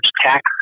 tax